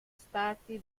stati